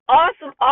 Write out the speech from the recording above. awesome